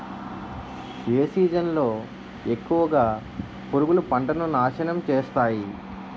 ఏ season లో ఎక్కువుగా పురుగులు పంటను నాశనం చేస్తాయి?